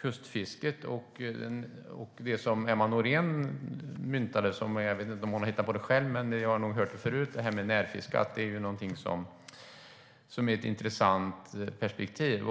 kustfisket och det uttryck Emma Nohrén använde, nämligen "närfiskat". Jag vet inte om hon har hittat på det själv - jag har nog hört det förut - men det är ett intressant perspektiv.